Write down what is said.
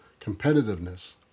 competitiveness